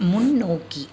முன்னோக்கி